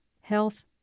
health